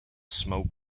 smoke